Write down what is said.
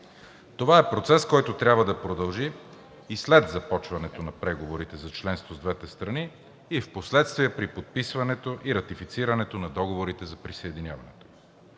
Това е процес, който трябва да продължи и след започването на преговорите за членство с двете страни и впоследствие при подписването и ратифицирането на договорите за присъединяване.